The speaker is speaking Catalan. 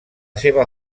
seva